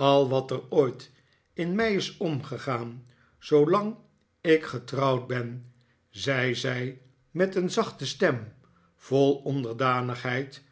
a wat er ooit in mij is omgegaan zoolang ik getrouwd ben zei zij met een zachte stem vol onderdanigheid